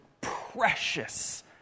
precious